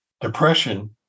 depression